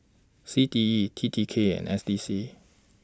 C T E T T K and S D C